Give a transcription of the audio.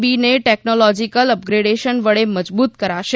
બીને technological upgradation વડે મજબૂત કરાશે